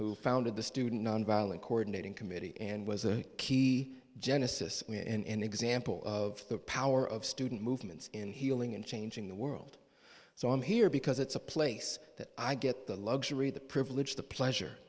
who founded the student nonviolent coordinating committee and was a key genesis and example of the power of student movements in healing and changing the world so i'm here because it's a place that i get the luxury the privilege the pleasure